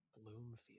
Bloomfield